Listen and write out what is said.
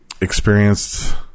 experienced